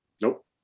nope